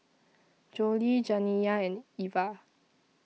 Jolie Janiya and Eva